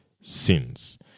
sins